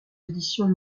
éditions